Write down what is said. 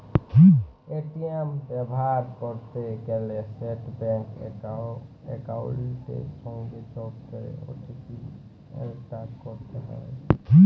ATM ব্যাভার ক্যরতে গ্যালে সেট ব্যাংক একাউলটের সংগে যগ ক্যরে ও.টি.পি এলটার ক্যরতে হ্যয়